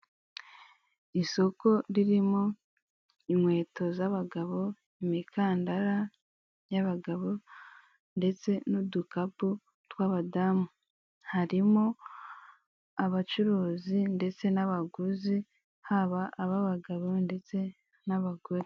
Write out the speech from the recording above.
Isoko ririmo inkweto z'abagabo, imikandara y'abagabo ndetse n'udukapu tw'abadamu, harimo abacuruzi ndetse n'abaguzi haba ababagabo ndetse n'abagore.